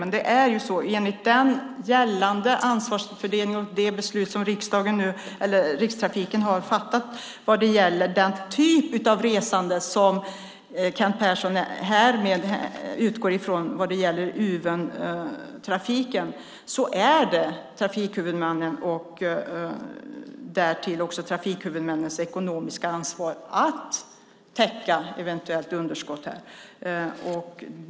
Men enligt gällande ansvarsfördelning och det beslut som Rikstrafiken har fattat vad gäller den typ av resande som Kent Persson här utgår från när det gäller Uventrafiken är det trafikhuvudmännen som har ekonomiskt ansvar att täcka eventuellt underskott i detta sammanhang.